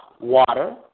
water